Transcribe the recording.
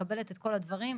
מקבלת את כל הדברים.